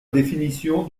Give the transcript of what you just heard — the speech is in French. définition